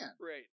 Right